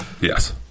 Yes